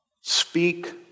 Speak